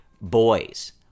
boys